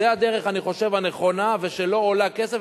זו הדרך, אני חושב, הנכונה, והיא לא עולה כסף.